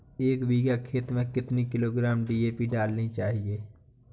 एक बीघा खेत में कितनी किलोग्राम डी.ए.पी डालनी चाहिए?